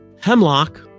hemlock